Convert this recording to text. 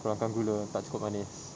kurangkan gula tak cukup manis